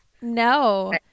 no